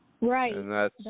Right